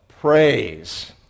praise